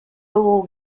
dugu